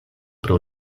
pro